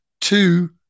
two